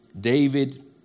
David